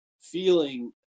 feeling